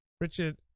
Richard